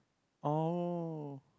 oh